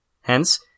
Hence